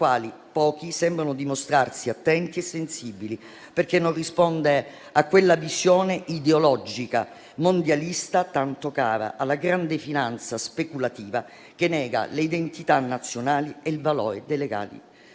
quale pochi sembrano dimostrarsi attenti e sensibili, perché non risponde a quella visione ideologica mondialista tanto cara alla grande finanza speculativa che nega le identità nazionali e il valore dei legami